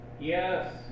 yes